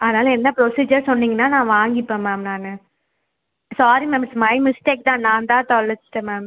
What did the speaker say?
அதனால் என்ன ப்ரொசீஜர் சொன்னிங்கன்னால் நான் வாங்கிப்பேன் மேம் நான் sorry ma'am is my mistake தான் நான் தான் தொலைச்சிட்டேன் மேம்